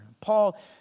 Paul